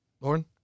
Lauren